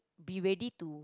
be ready to